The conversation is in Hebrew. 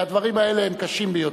והדברים האלה הם קשים ביותר.